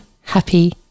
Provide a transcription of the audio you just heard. happy